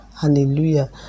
Hallelujah